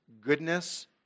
goodness